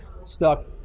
stuck